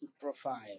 profile